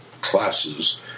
classes